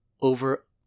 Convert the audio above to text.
over